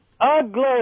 Ugly